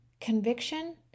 conviction